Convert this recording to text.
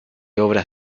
obras